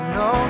no